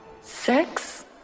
sex